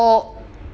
oh